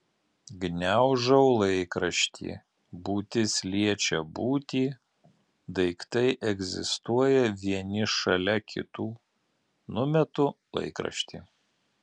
gniaužau laikraštį būtis liečia būtį daiktai egzistuoja vieni šalia kitų numetu laikraštį